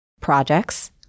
projects